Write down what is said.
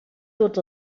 tots